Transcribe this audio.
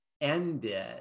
ended